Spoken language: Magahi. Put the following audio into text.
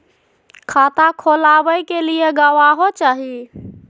खाता खोलाबे के लिए गवाहों चाही?